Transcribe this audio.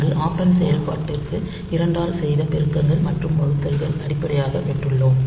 அங்கு ஆப்ரெண்ட் செயல்பாட்டிற்கு 2 ஆல் செய்த பெருக்கங்கள் மற்றும் வகுத்தல்கள் அடிப்படையாக பெற்றுள்ளோம்